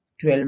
12